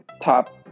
top